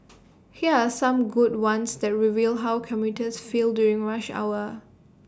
here are some good ones that reveal how commuters feel during rush hour